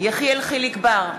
יחיאל חיליק בר,